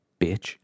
bitch